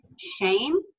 shame